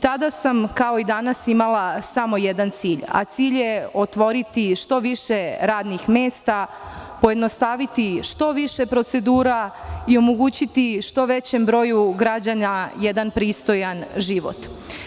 Tada sam, kao i danas imala samojedan cilj, a cilj je otvoriti što više radnih mesta, pojednostaviti što više procedura i omogućiti što većem broju građana jedan pristojan život.